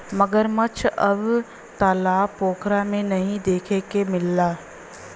मगरमच्छ अब तालाब पोखरा में नाहीं देखे के मिलला